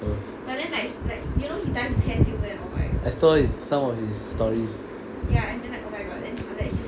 I saw his some of his stories